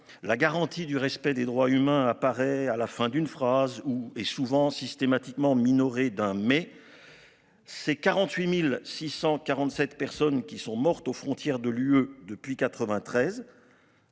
la garantie du respect des droits humains apparaît à la fin d'une phrase ou est souvent systématiquement minoré d'un mais. Ces 48.647 personnes qui sont mortes aux frontières de l'UE depuis 93.